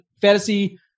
fantasy